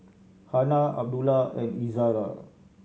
Hana Abdullah and Izzara